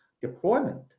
deployment